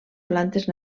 plantes